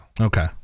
okay